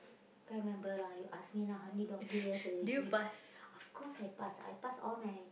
can't remember lah you ask me now how many donkey years already of course I pass I pass all my